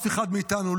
אף אחד מאיתנו,